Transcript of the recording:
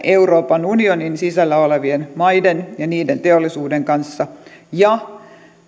euroopan unionin sisällä olevien maiden ja niiden teollisuuden kanssa ja